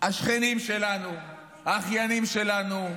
השכנים שלנו, האחיינים שלנו,